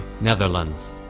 Netherlands